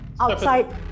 outside